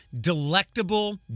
delectable